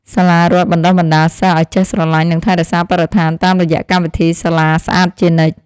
សាលារដ្ឋបណ្តុះបណ្តាលសិស្សឱ្យចេះស្រឡាញ់និងថែរក្សាបរិស្ថានតាមរយៈកម្មវិធីសាលាស្អាតជានិច្ច។